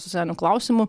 socialinių klausimų